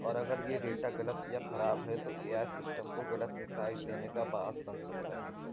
اور اگر یہ ڈیٹا غلط یا خراب ہے تو اے آئی سسٹم کو غلط نتائج دینے کا باعث بن سکتا ہے